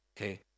okay